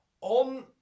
On